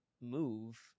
move